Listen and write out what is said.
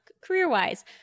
career-wise